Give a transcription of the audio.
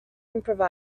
improvise